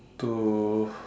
to